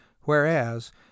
whereas